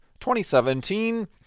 2017